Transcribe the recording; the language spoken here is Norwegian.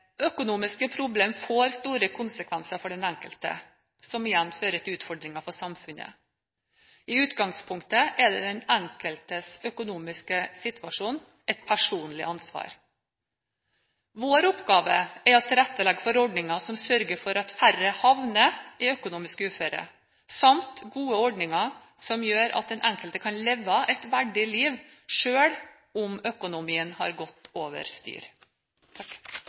Økonomiske problemer får store konsekvenser for den enkelte, noe som igjen fører til utfordringer for samfunnet. I utgangspunktet er den enkeltes økonomiske situasjon et personlig ansvar. Vår oppgave er å tilrettelegge for ordninger som sørger for at færre havner i økonomisk uføre, samt at vi får gode ordninger som gjør at den enkelte kan leve et verdig liv selv om økonomien har gått over styr.